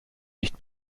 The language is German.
nicht